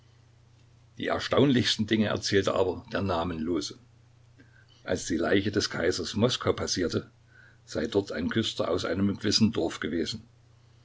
die erstaunlichsten dinge erzählte aber der namenlose als die leiche des kaisers moskau passierte sei dort ein küster aus einem gewissen dorf gewesen